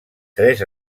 tres